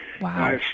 Wow